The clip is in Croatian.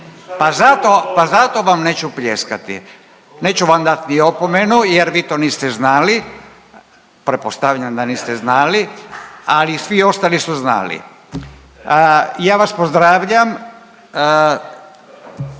pa zato vam neću pljeskati, neću vam dat ni opomenu jer vi to niste znali, pretpostavljam da niste znali, ali svi ostali su znali. Ja vas pozdravljam